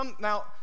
Now